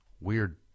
weird